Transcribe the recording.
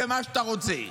במה שאתה רוצה.